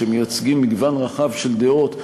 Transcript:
שמייצגים מגוון רחב של דעות,